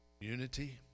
Unity